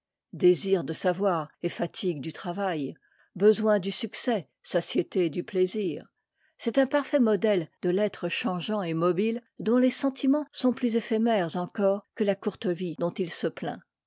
désir de savoir et fatigue du travail besoin du succès satiété du plaisir c'est un parfait modèle de l'être changeant et mobile dont les sentiments sont plus éphémères encore que la courte vie dont il se plaint